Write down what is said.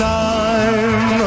time